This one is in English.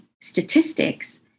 statistics